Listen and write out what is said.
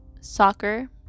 soccer